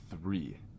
three